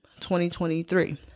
2023